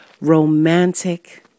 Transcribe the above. romantic